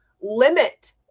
limit